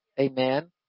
Amen